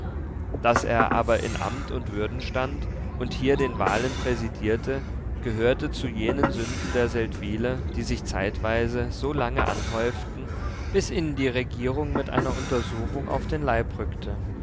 daß er aber in amt und würden stand und hier den wahlen präsidierte gehörte zu jenen sünden der seldwyler die sich zeitweise so lange anhäuften bis ihnen die regierung mit einer untersuchung auf den leib rückte